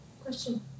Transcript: Question